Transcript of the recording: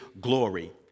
glory